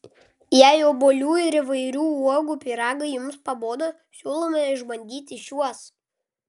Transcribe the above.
jei obuolių ir įvairių uogų pyragai jums pabodo siūlome išbandyti šiuos